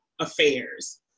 affairs